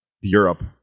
Europe